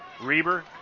Reber